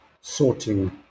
sorting